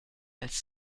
als